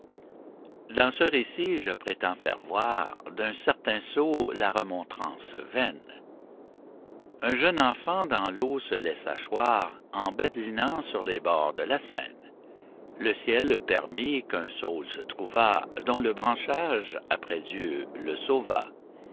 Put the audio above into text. dans ce récit je prétends faire voir d'un certain sot la remontrance vaine un jeune enfant dans l'eau se laissa choir en badinant sur les bords de la seine le ciel permit qu'un saule se trouva dont le branchage après dieu le sauva